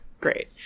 Great